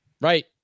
right